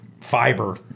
Fiber